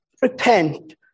Repent